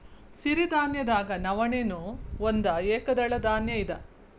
ಸಿರಿಧಾನ್ಯದಾಗ ನವಣೆ ನೂ ಒಂದ ಏಕದಳ ಧಾನ್ಯ ಇದ